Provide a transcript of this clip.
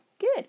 good